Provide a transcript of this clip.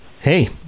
hey